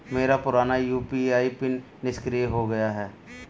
मेरा पुराना UPI PIN निष्क्रिय हो गया है